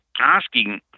asking